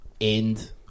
end